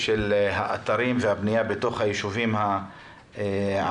האתרים והבנייה בתוך היישובים הערביים.